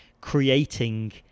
creating